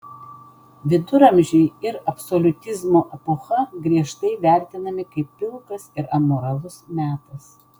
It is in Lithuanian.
viduramžiai ir absoliutizmo epocha griežtai vertinami kaip pilkas ir amoralus metas